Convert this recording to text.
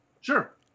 sure